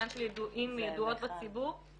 תשיבי לי על העניין של ידועות בציבור --- תסיימי מיכל.